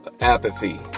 apathy